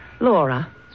Laura